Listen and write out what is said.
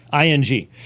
ing